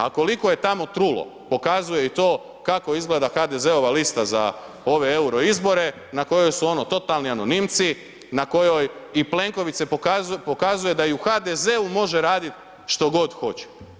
A koliko je tamo trulo, pokazuje i to kako izgleda HDZ-ova lista za ove euro izbore na kojoj su totalni anonimci na kojoj i Plenković se pokazuje da i u HDZ-u može raditi što god hoće.